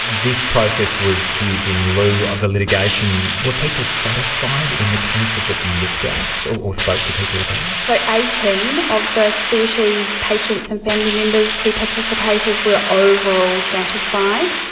this process was used in lieu of the litigation. were people satisfied in the cases that you looked at so or spoke to people about? so eighteen of the thirty patients and family members who participated were overall satisfied.